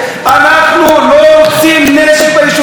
אנחנו לא רוצים נשק ביישובים שלנו,